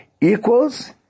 equals